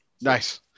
Nice